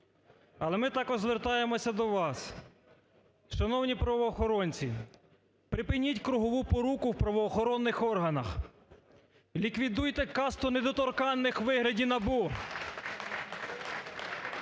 Але ми також звертаємося до вас, шановні правоохоронці, припиніть кругову поруку в правоохоронних органах, ліквідуйте касту недоторканних у вигляді НАБУ,